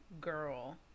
girl